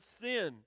sin